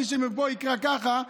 מי שיבוא ויקרא ככה,